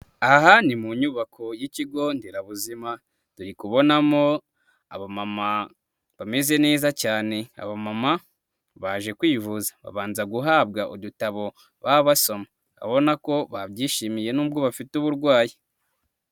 Aha ni mu nyubako y'ikigo nderabuzima, turi kubonamo abama bameze neza cyane, abamama baje kwivuza, babanza guhabwa udutabo baba basoma, ubona ko babyishimiye nubwo bafite uburwayi.